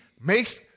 makes